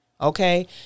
Okay